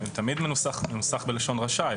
תמיד מנוסחת בלשון רשאי.